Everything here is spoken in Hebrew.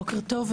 בוקר טוב.